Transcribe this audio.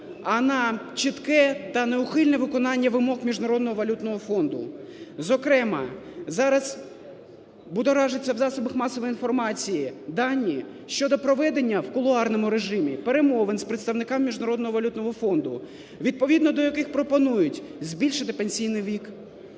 а на чітке та неухильне виконання вимог Міжнародного валютного фонду. Зокрема, зараз будоражаться в засобах масової інформації дані щодо проведення в кулуарному режимі перемовин з представниками Міжнародного валютного фонду, відповідно до яких пропонують збільшити пенсійний вік,